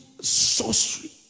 sorcery